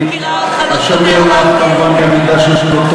כמו שאני מכירה אותך, לא תוותר על אף דיון.